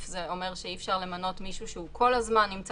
(א) זה אומר שאי-אפשר למנות מישהו שהוא כל הזמן נמצא